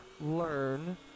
learn